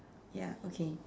ya okay